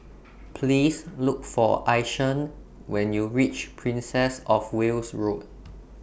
Please Look For Ishaan when YOU REACH Princess of Wales Road